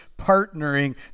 partnering